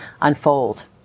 unfold